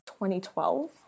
2012